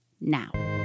now